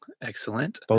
Excellent